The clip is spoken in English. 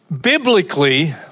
biblically